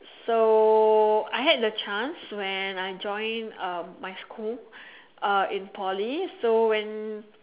so I had the chance when I joined um my school uh in Poly so when